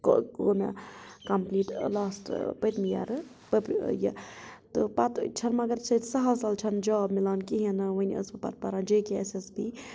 گوٚو مےٚ complete last پٔتمہِ یِیرٕ تہِ پَتہِ چھنہٕ مگر ییٚتہِ سَہل سَہل چھنہٕ جاب میلان کہیٖنۍ نہٕ وۄنۍ أسس بہٕ پَتہِ پران J K S S B